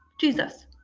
Jesus